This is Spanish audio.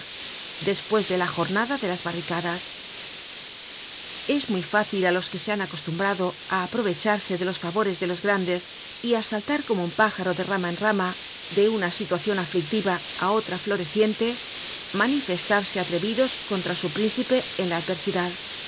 despues de la jornada de las barricadas es muy fácil á los que se han acostumbrado á aprovecharse de los favores de los grandes y á saltar como un pájaro de rama en rama de una content from google book search generated at situacion aflictiva á otra floreciente manifestarse atrevidos contra su príncipe en la adversidad